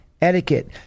etiquette